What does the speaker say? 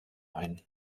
ein